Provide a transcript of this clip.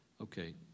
Okay